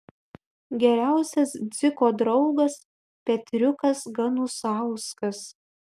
geriausias dziko draugas petriukas ganusauskas